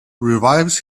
revives